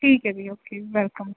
ਠੀਕ ਹੈ ਜੀ ਓਕੇ ਵੈਲਕਮ